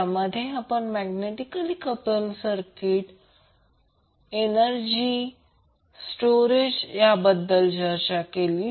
ज्यामध्ये आपण magnetically couple सर्किटमध्ये ऊर्जा साठवणी बाबत चर्चा केली